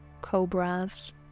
cobras